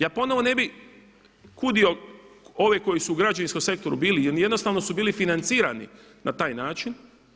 Ja ponovno ne bih kudio ove koji su u građevinskom sektoru bili, jer jednostavno su bili financirani na taj način.